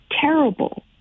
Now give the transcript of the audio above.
terrible